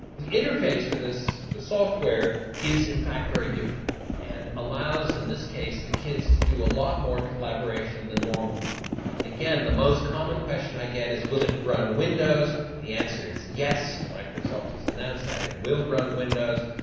the interface for this software is in fact very different and it allows, in this case, the kids to do a lot more collaboration than normal and again the most common question i get is will it run windows, the answer is yes, microsoft has announced that it will run windows,